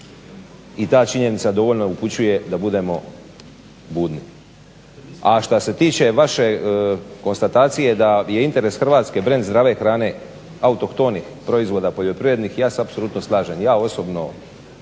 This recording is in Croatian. i ta činjenica dovoljno upućuje da budemo budni. A šta se tiče vaše konstatacije da je interes Hrvatske brend zdrave hrane autohtonih proizvoda poljoprivrednih ja se apsolutno slažem. Ja osobno